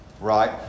right